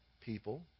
people